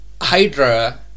Hydra